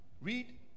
Read